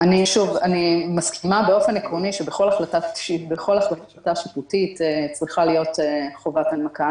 אני מסכימה באופן עקרוני שבכל החלטה שיפוטית צריכה להיות חובת הנמקה.